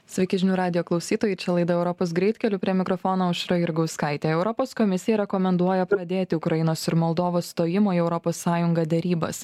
sveiki žinių radijo klausytojai čia laida europos greitkeliu prie mikrofono aušra jurgauskaitė europos komisija rekomenduoja pradėti ukrainos ir moldovos stojimo į europos sąjungą derybas